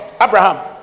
Abraham